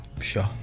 sure